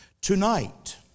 Tonight